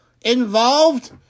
involved